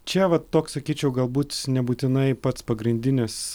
čia va toks sakyčiau galbūt nebūtinai pats pagrindinis